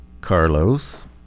Carlos